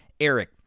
Eric